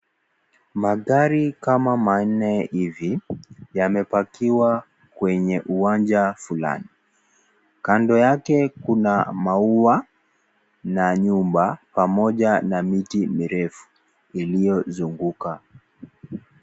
Magari kama manne hivi, yame packiwa[c's] kwenye uwanja fulani, kando yake kuna maua na nyumba pamoja na miti mirefu iliyozunguka.